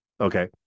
Okay